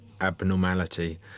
abnormality